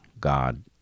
God